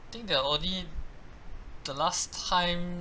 think there were only the last time